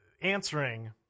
answering